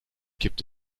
gibt